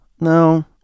no